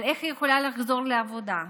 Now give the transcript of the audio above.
אבל איך היא יכולה לחזור לעבודה?